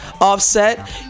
offset